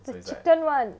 is the chicken [one]